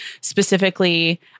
Specifically